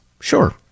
sure